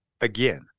again